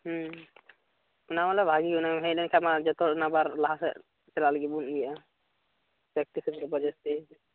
ᱚᱱᱟᱢᱟᱞᱮ ᱵᱷᱟᱜᱮ ᱟᱢᱮᱢ ᱦᱮᱡ ᱞᱮᱱᱠᱷᱟᱱ ᱢᱟ ᱡᱚᱛᱚ ᱦᱚᱲ ᱚᱱᱟ ᱵᱟᱨ ᱞᱟᱦᱟᱥᱮᱫᱪᱟᱞᱟᱜ ᱞᱟᱹᱜᱤᱫ ᱵᱚᱱ ᱤᱭᱟᱹᱜᱼᱟ ᱯᱨᱮᱠᱴᱤᱥ ᱟᱵᱟᱨ ᱡᱟᱹᱥᱛᱤ